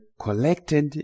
collected